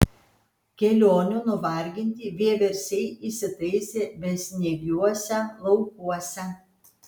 kelionių nuvarginti vieversiai įsitaisė besniegiuose laukuose